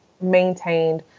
maintained